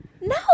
No